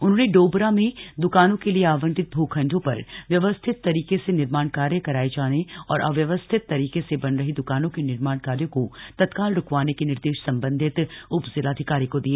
उन्होंने डोबरा में द्रकानों के लिए आवंटित भ्रखंडों पर व्यवस्थित तरीके से निर्माण कार्य कराए जाने औरअव्यवस्थित तरीके से बन रही दुकानों के निर्माण कार्यों को तत्काल रुकवाने के निर्देश संबंधित उपजिलाधिकारी को दिए